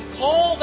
call